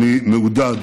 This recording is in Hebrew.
אני מעודד.